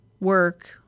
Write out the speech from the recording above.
work